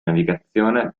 navigazione